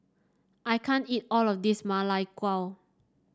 I can't eat all of this Ma Lai Gao